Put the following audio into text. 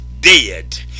dead